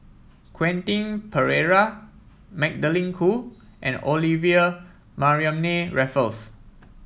Quentin Pereira Magdalene Khoo and Olivia Mariamne Raffles